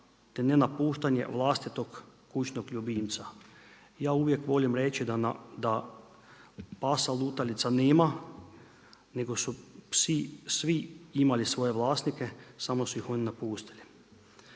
te nenapuštanje vlastitog kućnog ljubimca. Ja uvijek volim reći da pasa lutalica nema nego su psi svi imali svoje vlasnike samo su ih oni napustili.